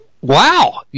wow